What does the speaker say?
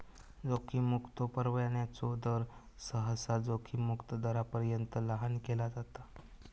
जोखीम मुक्तो परताव्याचो दर, सहसा जोखीम मुक्त दरापर्यंत लहान केला जाता